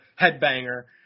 headbanger